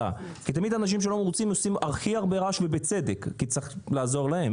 תמיד אנשים שלא מרוצים עושים הכי הרבה רעש ובצדק כי צריך לעזור להם.